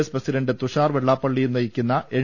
S president Thushar വെള്ളാപ്പള്ളിയും നയിക്കുന്ന N